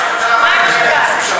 מה עם השבת?